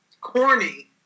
corny